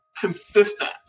consistent